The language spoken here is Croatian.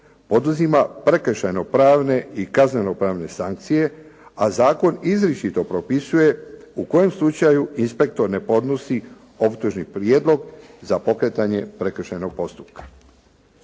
poduzima prekršajno-pravne i kazneno-pravne sankcije, a zakon izričito propisuje u kojem slučaju inspektor ne podnosi optužni prijedlog za pokretanje prekršajnog postupka.